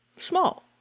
Small